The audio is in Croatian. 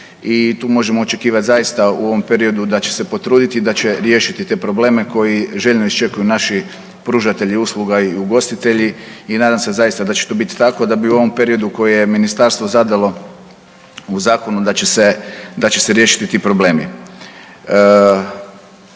i tu možemo očekivat zaista u ovom periodu da će se potruditi i da će riješiti te probleme koji željno iščekuju naši pružatelji usluga i ugostitelji i nadam se zaista da će to bit tako da bi u ovom periodu koje je ministarstvo zadalo u zakonu da će se, da će se riješiti ti problemi.